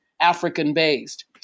African-based